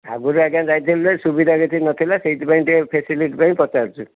ଆଗରୁ ଆଜ୍ଞା ଯାଇଥିଲି ଯେ ସୁବିଧା କିଛି ନ ଥିଲା ସେଇଥି ପାଇଁ ଟିକେ ଫ୍ୟାସିଲିଟି ପାଇଁ ପଚାରୁଛୁ